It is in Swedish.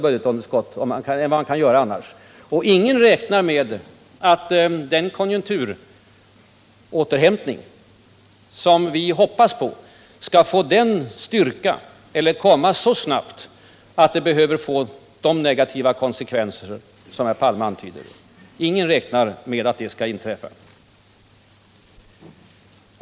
Ingen räknar heller med att den konjunkturåterhämtning som vi hoppas på skall få sådan styrka eller komma så snabbt att det behöver få de negativa konsekvenser som herr Palme antydde.